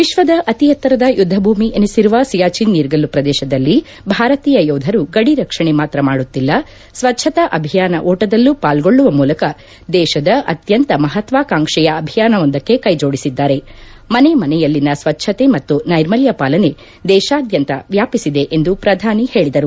ವಿಶ್ವದ ಅತಿ ಎತ್ತರದ ಯುದ್ದಭೂಮಿ ಎನಿಸಿರುವ ಸಿಯಾಚಿನ್ ನೀರ್ಗಲ್ಲು ಪ್ರದೇಶದಲ್ಲಿ ಭಾರತೀಯ ಯೋಧರು ಗದಿ ರಕ್ಷಣೆ ಮಾತ್ರ ಮಾಡುತ್ತಿಲ್ಲ ಸ್ವಚ್ಯತಾ ಅಭಿಯಾನ ಓಟದಲ್ಲೂ ಪಾಲ್ಗೊಳ್ಳುವ ಮೂಲಕ ದೇಶದ ಅತ್ಯಂತ ಮಹತ್ವಾಕಾಂಕ್ಷೆಯ ಅಭಿಯಾನವೊಂದಕ್ಕೆ ಕೈ ಜೋಡಿಸಿದ್ದಾರೆ ಮನೆ ಮನೆಯಲ್ಲಿನ ಸ್ವಚ್ಛತೆ ಮತ್ತು ನೈರ್ಮಲ್ಯ ಪಾಲನೆ ದೇಶಾದ್ಯಂತ ವ್ಯಾಪಿಸಿದೆ ಎಂದು ಅವರು ಹೇಳಿದರು